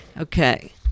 Okay